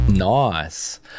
nice